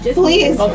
please